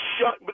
shut